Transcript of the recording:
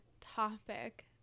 topic